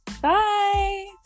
bye